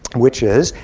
which is,